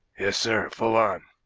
sir full on. and